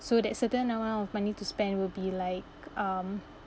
so that certain amount of money to spend will be like um